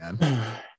man